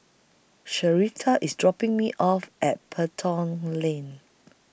Sherita IS dropping Me off At Pelton LINK